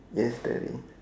yes Daddy